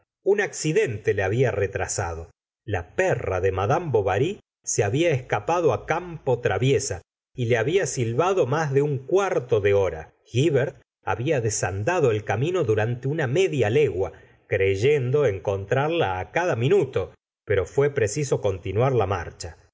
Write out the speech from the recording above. un accidente le había retrasado la perra de madame bovary se había escapado campo traviesa y le había silbado más de un cuarto de hora hivert había desandado el camino durante una media legua creyendo encontrarla á cada minuto pero fue preciso continuar la marcha